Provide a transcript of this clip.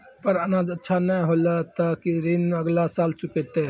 पर अनाज अच्छा नाय होलै तॅ ऋण अगला साल चुकैतै